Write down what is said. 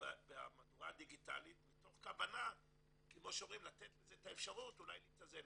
במהדורה הדיגיטלית מתוך כוונה לתת לזה את האפשרות אולי להתאזן,